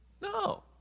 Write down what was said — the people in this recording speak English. No